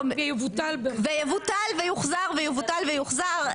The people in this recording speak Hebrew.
יוחזר ויבוטל, יבוטל ויוחזר.